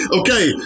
okay